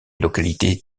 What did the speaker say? localité